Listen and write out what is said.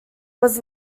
was